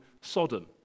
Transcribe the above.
Sodom